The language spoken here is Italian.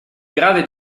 grave